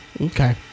Okay